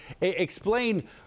Explain